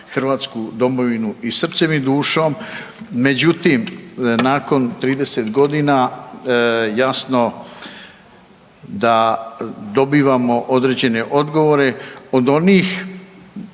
Hrvatsku domovinu i srcem i dušom. Međutim, nakon 30 godina jasno da dobivamo određene odgovore od onih,